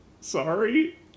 sorry